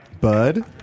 Bud